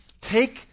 take